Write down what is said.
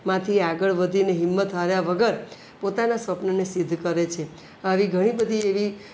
માંથી આગળ વધીને હિંમત હાર્યા વગર પોતાના સ્વપનને સિદ્ધ કરે છે આવી ઘણી બધી એવી